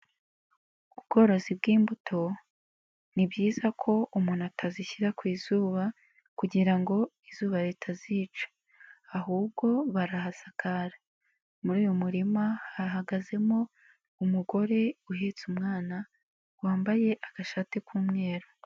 Ubworozi bw'imbuto ni byiza ko umuntu atazishyira ku izuba kugira ngo izuba ritazica, ahubwo barahasakara, muri uyu murima hahagazemo umugore uhetse umwana, wambaye agashati k'umweru.